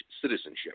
citizenship